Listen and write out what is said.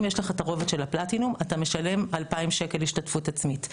אם יש לך את הרובד של הפלטינום אתה משלם 2,000 שקלים השתתפות עצמית.